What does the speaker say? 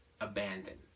Abandon